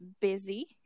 Busy